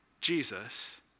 Jesus